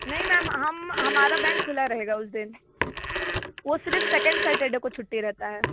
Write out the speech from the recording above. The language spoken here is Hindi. नहीं मैम हमारा बैंक खुला रहेगा उस दिन वो सिर्फ सेकंड सैटरडे को छुट्टी रहता है